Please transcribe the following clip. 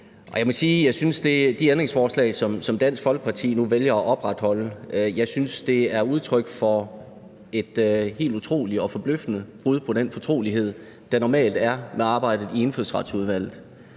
jeg synes, at de ændringsforslag, som Dansk Folkeparti nu vælger at opretholde, er udtryk for et helt utroligt og forbløffende brud på den fortrolighed, der normalt er om arbejdet i Indfødsretsudvalget.